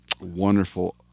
wonderful